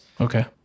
Okay